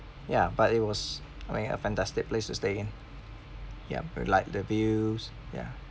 ya but it was I mean a fantastic place to stay in ya we like the views ya